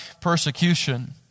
persecution